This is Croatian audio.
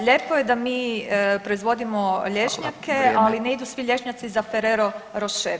Lijepo je da mi proizvodimo lješnjake [[Upadica Radin: Hvala vrijeme.]] ali ne idu svi lješnjaci za Ferrero Rocher.